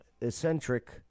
eccentric